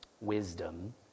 wisdom